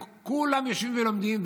אם כולם יושבים ולומדים,